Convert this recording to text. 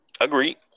Agree